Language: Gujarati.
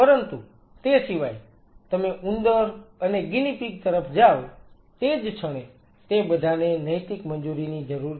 પરંતુ તે સિવાય તમે ઉંદર rodent's અને ગિનિ પિગ તરફ જાવ તે જ ક્ષણે તે બધાને નૈતિક મંજૂરીની જરૂર છે